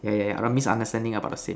yeah yeah yeah understanding about the same